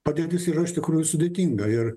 padėtis yra iš tikrųjų sudėtinga ir